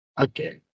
Okay